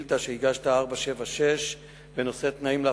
אילוצם לחלל שבת והוכנסו לניידת למרות תחנוניהם,